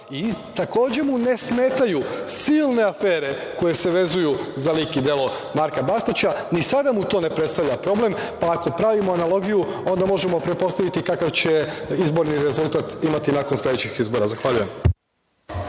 i takođe mu ne smetaju silne afere koje se vezuju za lik i delo Marka Bastaća. Ni sada mu to ne predstavlja problem, pa ako pravimo analogiju, onda možemo pretpostaviti kakav će izborni rezultat imati nakon sledećih izbora. Zahvaljujem.